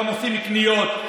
עושים קניות.